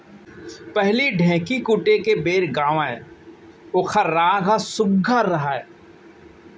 पहिली ढ़ेंकी कूटे के बेर गावयँ ओकर राग ह सुग्घर रहय